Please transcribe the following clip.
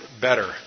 better